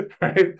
Right